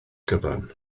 gyfan